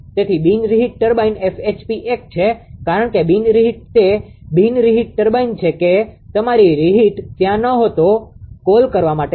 તેથી બિન રીહિટ ટર્બાઇન1 છે કારણકે બિન રીહિટ તે બિન reheat ટર્બાઇન છે કે તમારી રીહિટ ત્યાં ન હતો કૉલ કરવા માટે છે